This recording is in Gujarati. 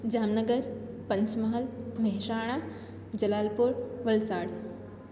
જામનગર પંચમહાલ મહેસાણા જલાલપોર વલસાડ